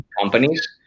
companies